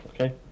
Okay